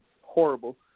horrible